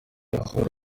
umugore